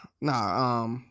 nah